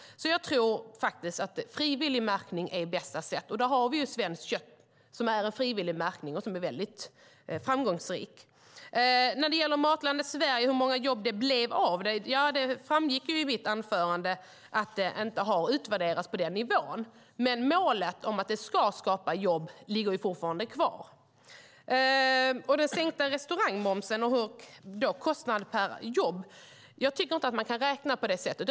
Jag tror faktiskt att frivillig märkning är det bästa. Där har vi Svenskt kött, som är en frivillig märkning och som är väldigt framgångsrik. Sedan gällde det Matlandet Sverige och hur många jobb det blev av det. Ja, det framgick i mitt anförande att det inte har utvärderats på den nivån. Men målet att det ska skapa jobb ligger fortfarande kvar. När det gäller den sänkta restaurangmomsen och kostnaden per jobb tycker jag inte att man kan räkna på det sättet.